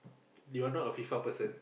you are not a FIFA person